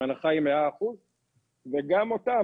וההנחה היא 100%. גם אותם,